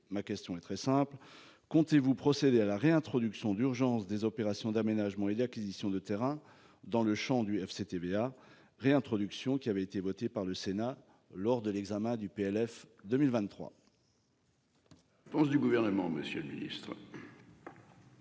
Ma question est très simple. Comptez-vous procéder à la réintroduction d'urgence des opérations d'aménagement et d'acquisition de terrains dans le Champ du FCTVA réintroduction qui avait été voté par le Sénat lors de l'examen du PLF 2023.-- Pense du gouvernement, Monsieur le Ministre.--